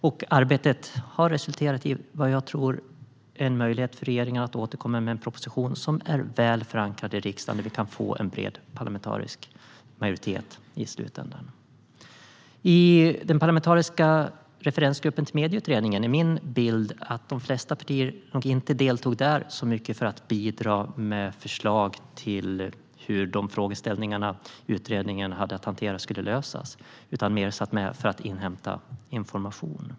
Och arbetet har resulterat i vad jag tror är en möjlighet för regeringen att återkomma med en proposition som är väl förankrad i riksdagen, där vi i slutänden kan få bred parlamentarisk majoritet. Min bild när det gäller den parlamentariska referensgruppen till Medieutredningen är att de flesta partier inte deltog för att bidra med förslag till hur utredningens frågeställningar skulle lösas, utan de deltog mer för att inhämta information.